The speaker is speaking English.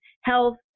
health